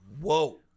whoa